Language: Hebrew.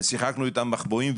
שיחקנו איתם מחבואים,